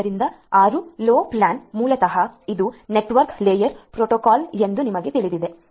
ಆದ್ದರಿಂದ 6 LoWPAN ಮೂಲತಃ ಇದು ನೆಟ್ವರ್ಕ್ ಲೇಯರ್ ಪ್ರೋಟೋಕಾಲ್ ಎಂದು ನಿಮಗೆ ತಿಳಿದಿದೆ